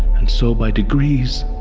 and so by degrees.